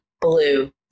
blue